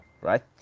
right